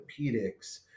orthopedics